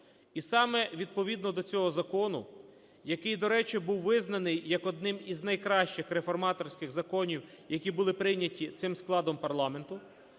І саме відповідно до цього закону, який, до речі, був визнаний як один з найкращих реформаторських законів, які були прийняті цим складом парламенту,